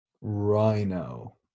Rhino